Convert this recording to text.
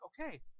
okay